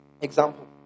example